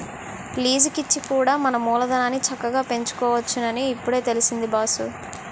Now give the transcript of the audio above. లీజికిచ్చి కూడా మన మూలధనాన్ని చక్కగా పెంచుకోవచ్చునని ఇప్పుడే తెలిసింది బాసూ